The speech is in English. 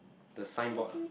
the signboard ah